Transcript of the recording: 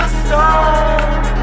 stone